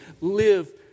live